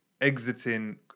exiting